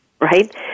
right